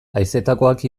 haizetakoak